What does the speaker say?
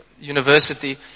university